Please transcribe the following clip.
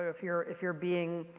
if you're if you're being,